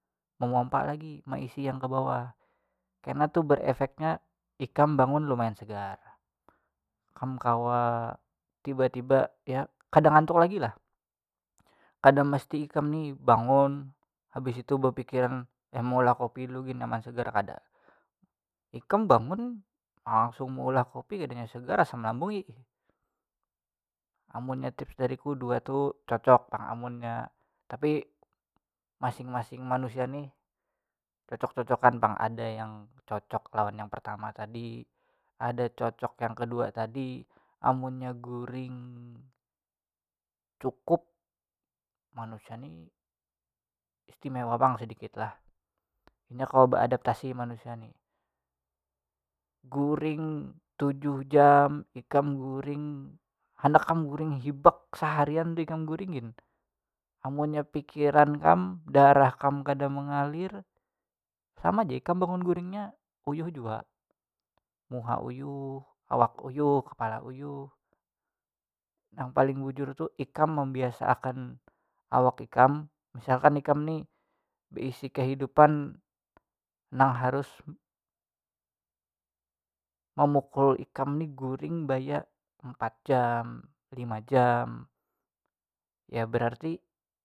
Mamompa maisi yang ke bawah kena tuh berefeknya ikam bangun lumayan segar kam kawa tiba tiba ya kada ngantuk lagi lah kada mesti ikam nih bangun habis tu bepikiran maulah kopi dulu gin nyaman sigar kada ikam bangun langsung maulah kopi kadanya sigar asam lambung ikam amunnya tips dari ku dua tu cocok pang amunnya tapi masing masing manusia nih cocok cocokan pang ada yang cocok lawan yang pertama tadi ada cocok yang kedua tadi amunnya guring cukup manusia nih istimewa pang sedikit lah inya kawa beadaptasi manusia nih guring tujuh jam ikam guring handak kam guring hibak seharian ikam guring gin amunnya pikiran kam darah kam kada mengalir sama ja ikam bangun guringnya uyuh jua muha uyuh awak uyuh kepala uyuh nang paling bujur tu ikam mambiasa akan awak ikam misalkan ikam nih beisi kehidupan nang harus mamukul ikam nih guring baya empat jam lima jam ya berarti.